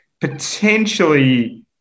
potentially